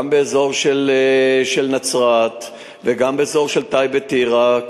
גם באזור נצרת וגם באזור טייבה-טירה,